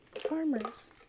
Farmers